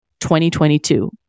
2022